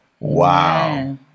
Wow